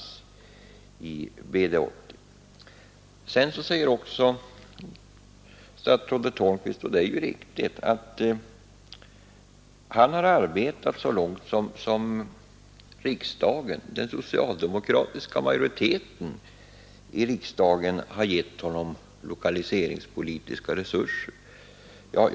Statsrådet Holmqvist säger vidare att han, och det är ju riktigt, har arbetat så långt som riksdagen — den socialdemokratiska majoriteten i riksdagen — har givit honom lokaliseringspolitiska resurser till.